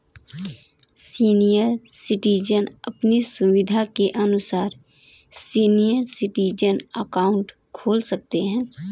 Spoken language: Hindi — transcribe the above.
सीनियर सिटीजन अपनी सुविधा के अनुसार सीनियर सिटीजन अकाउंट खोल सकते है